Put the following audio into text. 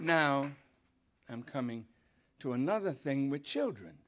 now i'm coming to another thing with children